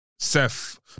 Seth